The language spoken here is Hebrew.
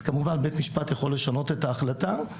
אז כמובן בית משפט יכול לשנות את ההחלטה,